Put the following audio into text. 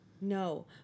No